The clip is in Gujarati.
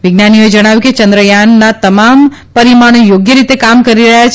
વિજ્ઞાનીઓએ જણાવ્યું કે ચંદ્રયાનનાં તમામ પરિમાણો યોગ્ય રીતે કામ કરી રહ્યાં છે